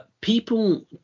people